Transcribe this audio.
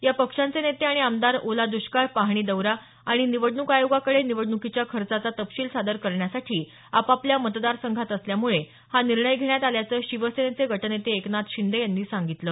या पक्षांचे नेते आणि आमदार ओला दुष्काळ पाहणी दौरा आणि निवडणूक आयोगाकडे निवडणुकीच्या खर्चाचा तपशील सादर करण्यासाठी आपापल्या मतदारसंघात असल्यामुळे हा निर्णय घेण्यात आल्याचं शिवसेनेचे गटनेते एकनाथ शिंदे यांनी सांगितलं